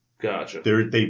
Gotcha